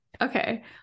Okay